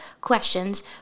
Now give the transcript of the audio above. questions